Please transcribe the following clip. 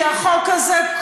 כי החוק הזה,